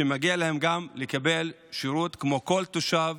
שגם להם מגיע לקבל שירות כמו כל תושב